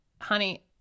honey